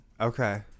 Okay